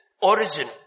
origin